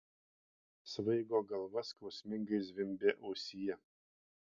svaigo galva skausmingai zvimbė ausyje